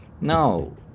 No